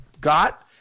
got